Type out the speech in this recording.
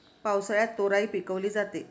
पावसाळ्यात तोराई पिकवली जाते